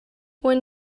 when